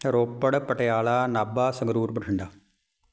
Ropar Patiala Nabha Sangrur Bathinda